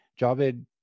Javed